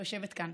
שיושבת כאן,